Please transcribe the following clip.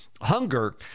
hunger